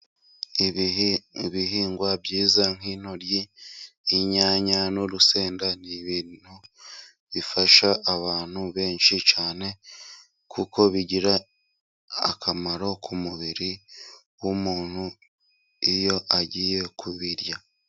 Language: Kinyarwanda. Ibihingwa byiza nk'intoryi, inyanya, n'urusenda ni ibintu bifasha abantu benshi cyane kuko bigira akamaro ku mubiri w'umuntu iyo agiye kubirya.